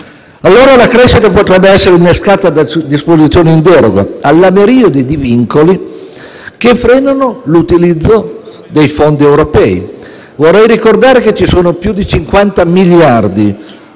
La crescita potrebbe essere innescata da disposizioni in deroga alla miriade di vincoli che frenano l'utilizzo dei fondi europei (vorrei ricordare i più di 50 miliardi